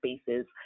spaces